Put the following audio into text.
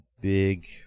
big